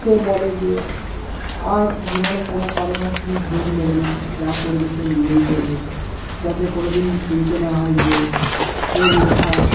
সে বলে যে আর জীবনে কোনো কারো কাছ থেকে হেল্প নেবে না যা করবে সে নিজেই করবে যাতে কোনো দিন শুনতে না হয় যে ওর লেখা